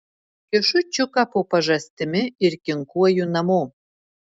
kišu čiuką po pažastimi ir kinkuoju namo